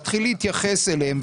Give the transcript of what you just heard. להתחיל להתייחס אליהם.